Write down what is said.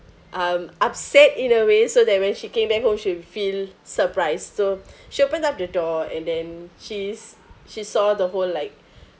um upset in a way so that when she came back home she'll feel surprised so she opened up the door and then she's she saw the whole like